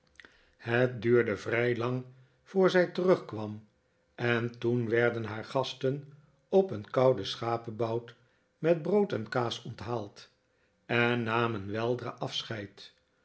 het duurde vrij lang voor zij terugkwam en toen werden haar gasten op een kouden schapenbout met brood en kaas onthaald en namen weldra afscheid